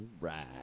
right